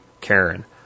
Karen